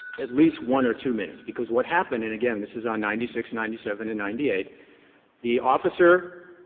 at least one or two minutes, because what happened and again, this is on ninety six, ninety seven and ninety eight the officer